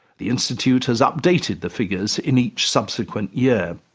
the institute has updated the figures in each subsequent yeah